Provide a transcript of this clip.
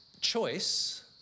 choice